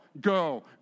go